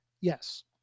yes